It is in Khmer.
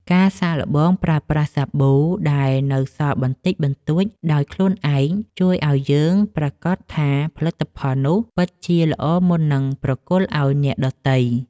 ការសាកល្បងប្រើប្រាស់សាប៊ូដែលនៅសល់បន្តិចបន្តួចដោយខ្លួនឯង ជួយឱ្យយើងប្រាកដថាផលិតផលនោះពិតជាល្អមុននឹងប្រគល់ឱ្យអ្នកដទៃ។